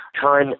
time